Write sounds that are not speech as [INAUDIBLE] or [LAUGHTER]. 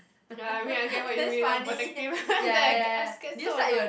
no I mean I get what you mean I'm protective [LAUGHS] then I ge~ get so annoyed